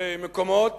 במקומות